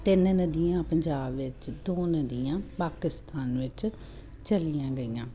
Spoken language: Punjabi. ਤਿੰਨ ਨਦੀਆਂ ਪੰਜਾਬ ਵਿੱਚ ਦੋ ਨਦੀਆਂ ਪਾਕਿਸਤਾਨ ਵਿੱਚ ਚਲੀਆਂ ਗਈਆਂ